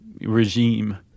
regime